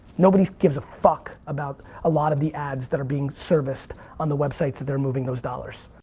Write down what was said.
nobody gives a fuck about a lot of the ads that are being serviced on the websites that they're moving those dollars.